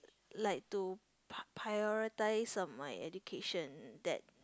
like to p~ prioritize my education that